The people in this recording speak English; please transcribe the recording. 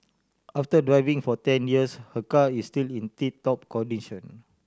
after driving for ten years her car is still in tip top condition